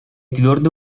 твердо